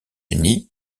unis